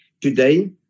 today